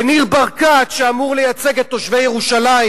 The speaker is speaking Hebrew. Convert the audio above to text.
וניר ברקת, שאמור לייצג את תושבי ירושלים,